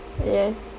yes